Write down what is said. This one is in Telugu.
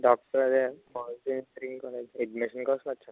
అడ్మిషన్ కోసం వచ్చాను